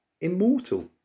Immortal